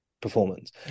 performance